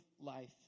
life